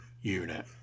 unit